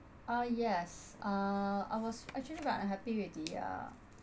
uh yes uh I was actually very unhappy with the uh